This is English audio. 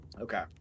Okay